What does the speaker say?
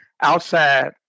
outside